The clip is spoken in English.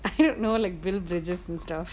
I don't know like build bridges and stuff